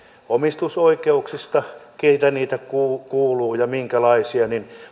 omistusoikeuksia keille niitä kuuluu kuuluu ja minkälaisia